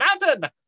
Mountain